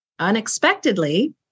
unexpectedly